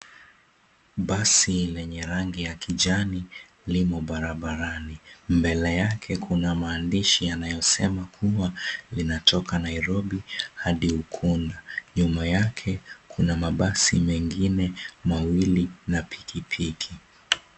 Basi lenye rangi ya kijani limo barabarani. Mbele yake kuna maandishi yanayosema kuwa linatoka Nairobi hadi Ukunda. Nyuma yake kuna mabasi mengine mawili na pikipiki.